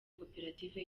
koperative